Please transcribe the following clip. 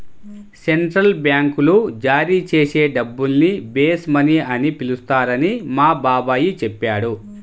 central బ్యాంకులు జారీ చేసే డబ్బుల్ని బేస్ మనీ అని పిలుస్తారని మా బాబాయి చెప్పాడు